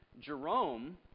Jerome